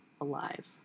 alive